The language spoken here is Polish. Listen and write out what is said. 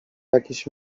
jakiejś